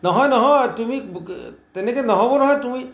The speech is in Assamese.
নহয় নহয় তুমি তেনেকৈ নহ'ব নহয় তুমি